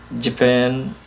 Japan